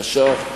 קשה.